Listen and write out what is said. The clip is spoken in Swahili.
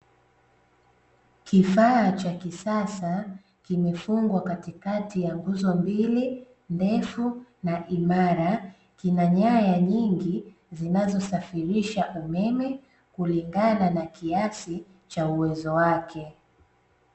Kifaa cha kisasa kimefungwa katikati ya nguzo mbili ndefu na imara, kina nyaya nyingi zinazosafirisha umeme kulingana na kiasi cha uwezo wake.